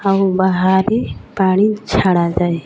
ଆଉ ବାହାରେ ପାଣି ଛଡ଼ାଯାଏ